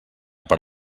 per